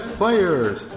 players